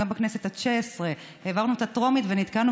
בכנסת התשע עשרה העברנו בטרומית ונתקענו,